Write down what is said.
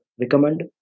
recommend